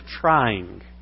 trying